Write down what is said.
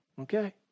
Okay